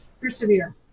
persevere